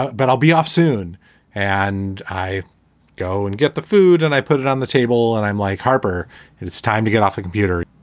but i'll be off soon and i go and get the food and i put it on the table and i'm like, harper, and it's time to get off the computer.